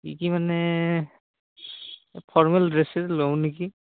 কি কি মানে ফৰ্মেল ড্ৰেছেই লওঁ নেকি